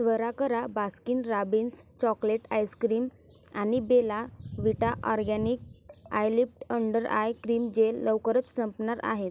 त्वरा करा Baskin Robbins chocolate ice cream आणि Bella Vita organic eyelift under eye cream gel लवकरच संपणार आहेत